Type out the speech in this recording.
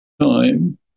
time